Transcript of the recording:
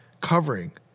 covering